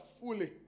fully